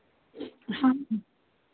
हाँ